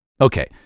Okay